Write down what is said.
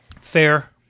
Fair